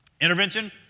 Intervention